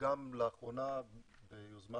ולאחרונה ביוזמה